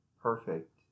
perfect